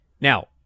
Now